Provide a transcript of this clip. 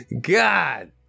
God